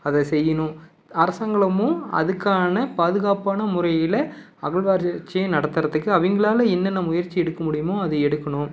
அதை செய்யணும் அரசாங்கமும் அதுக்கான பாதுகாப்பான முறையில் அகல்வாராய்ச்சியை நடத்துகிறத்துக்கு அவங்களால என்னென்ன முயற்சி எடுக்க முடியும் அதை எடுக்கணும்